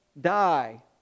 die